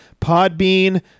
Podbean